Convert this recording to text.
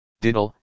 Diddle